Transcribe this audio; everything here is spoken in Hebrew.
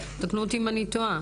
תקנו אותי אם אני טועה.